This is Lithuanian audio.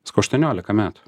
sakau aštuoniolika metų